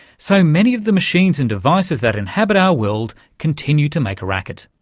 so many of the machines and devices that inhabit our world continue to make a racket.